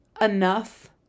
enough